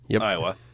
Iowa